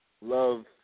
Love